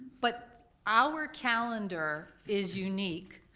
but our calendar is unique,